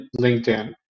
LinkedIn